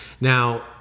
Now